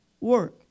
work